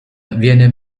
viene